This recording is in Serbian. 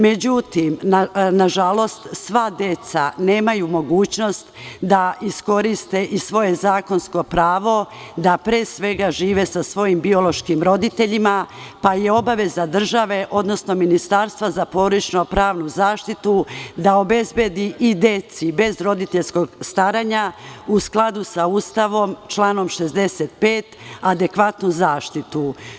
Međutim, nažalost, sva deca nemaju mogućnost da iskoriste i svoje zakonsko pravo da pre svega žive sa svojim biološkim roditeljima, pa je obaveza države odnosno Ministarstva za porodično pravnu zaštitu da obezbedi i deci bez roditeljskog staranja, u skladu sa Ustavom, članom 65. adekvatnu zaštitu.